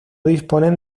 disponen